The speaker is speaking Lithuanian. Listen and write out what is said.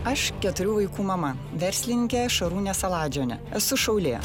aš keturių vaikų mama verslininkė šarūnė saladžionė esu šaulė